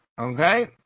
Okay